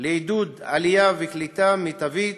לעידוד עלייה וקליטה מיטבית